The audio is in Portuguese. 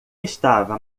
estava